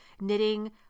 knitting